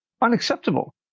unacceptable